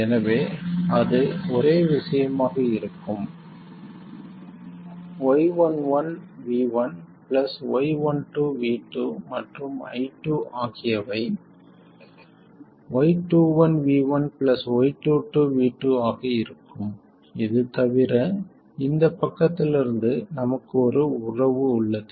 எனவே அது ஒரே விஷயமாக இருக்கும் y11 V1 y12 V2 மற்றும் i2 ஆகியவை y21 V1 y22 V2 ஆக இருக்கும் இது தவிர இந்தப் பக்கத்திலிருந்து நமக்கு ஒரு உறவு உள்ளது